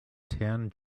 tan